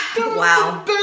Wow